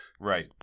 Right